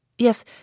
Yes